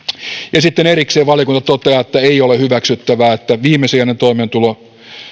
ja sitten erikseen valiokunta toteaa että ei ole hyväksyttävää että viimesijainen toimeentulo